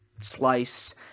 slice